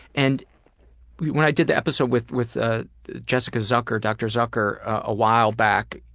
and when i did the episode with with ah jessica zucker, dr. zucker, a while back,